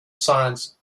science